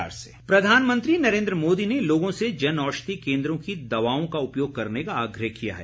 प्रधानमंत्री प्रधानमंत्री नरेंद्र मोदी ने लोगों से जनऔषधी केंद्रों की दवाओं का उपयोग करने का आग्रह किया है